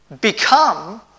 become